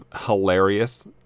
hilarious